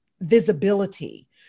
visibility